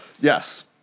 Yes